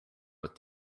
with